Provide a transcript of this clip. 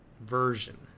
version